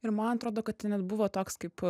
ir man atrodo kad net buvo toks kaip